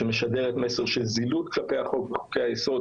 שמשדרת מסר של זילות כלפי החוק וחוקי היסוד,